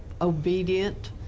obedient